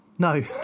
No